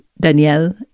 Danielle